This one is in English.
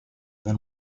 then